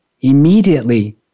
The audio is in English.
immediately